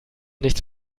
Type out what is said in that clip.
nichts